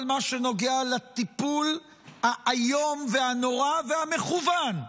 מה שנוגע לטיפול האיום והנורא והמכוון,